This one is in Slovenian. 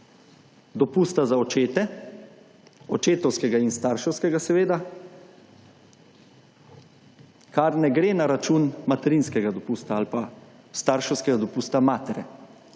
dopusta za očete, očetovskega in starševskega seveda, kar ne gre na račun materinskega dopusta ali pa starševskega dopusta matere.